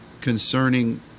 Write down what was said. concerning